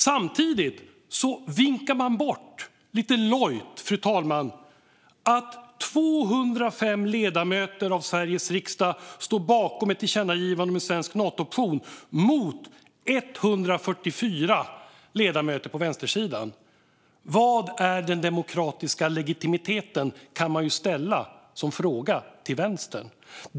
Samtidigt vinkar man lite lojt bort att 205 ledamöter av Sveriges riksdag står bakom ett tillkännagivande om en svensk Nato-option mot 144 ledamöter på vänstersidan. Var är den demokratiska legitimiteten? Det kan man fråga Vänstern.